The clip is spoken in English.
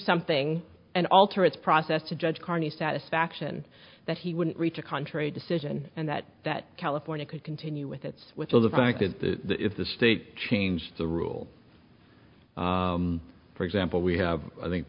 something and alter its process to judge carney satisfaction that he wouldn't reach a contrary decision and that that california could continue with its with the fact that the if the state change the rule for example we have i think